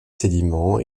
sédiments